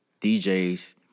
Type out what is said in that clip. DJs